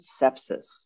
sepsis